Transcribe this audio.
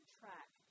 track